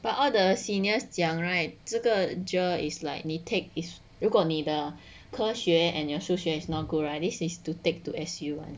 but all the seniors 讲 right 这个 J_E_R is likely is 你 take this 如果你的科学 and your 数学 is not good right then this is to take to S U one